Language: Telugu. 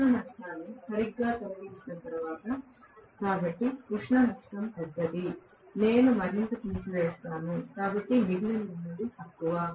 ఉష్ణ నష్టాన్ని సరిగ్గా తొలగించిన తరువాత కాబట్టి ఉష్ణ నష్టం పెద్దది నేను మరింత తీసివేస్తాను కాబట్టి మిగిలి ఉన్నది తక్కువ